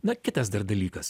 na kitas dar dalykas